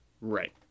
Right